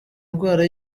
indwara